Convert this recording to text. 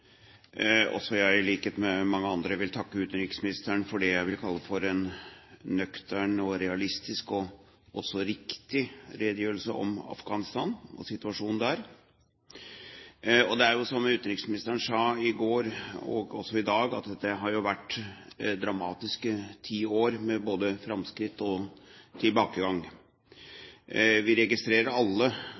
det jeg vil kalle for en nøktern og realistisk, og også riktig, redegjørelse om Afghanistan og situasjonen der. Som utenriksministeren sa i går, og også i dag, har dette vært dramatiske ti år med både framskritt og tilbakegang. Vi registrerer alle